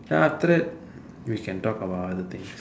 then after that we can talk about other things